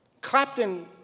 Clapton